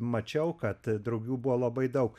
mačiau kad drugių buvo labai daug